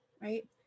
right